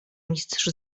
mistrz